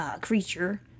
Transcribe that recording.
creature